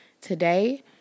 Today